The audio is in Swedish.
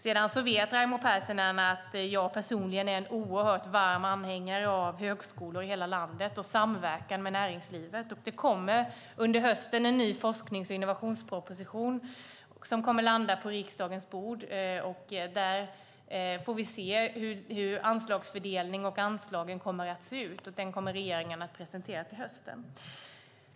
Sedan vet Raimo Pärssinen att jag personligen är en oerhört varm anhängare av högskolor i hela landet och samverkan med näringslivet. Det kommer under hösten en ny forsknings och innovationsproposition från regeringen till riksdagen. Då får vi ser hur anslagen och fördelningen av dem kommer att se ut.